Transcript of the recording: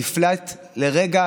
נפלט לרגע